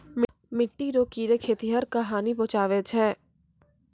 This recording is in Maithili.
मिट्टी रो कीड़े खेतीहर क हानी पहुचाबै छै